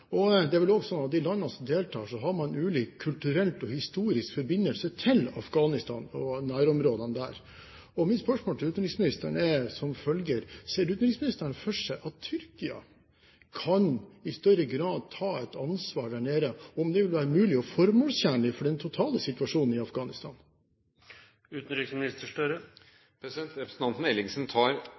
er vel òg sånn at de landene som deltar, har ulik kulturell og historisk forbindelse til Afghanistan og nærområdene der. Mitt spørsmål til utenriksministeren er som følger: Ser utenriksministeren for seg at Tyrkia i større grad kan ta et ansvar der nede, og om det vil være mulig og formålstjenlig for den totale situasjonen i Afghanistan? Representanten Ellingsen tar